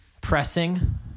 pressing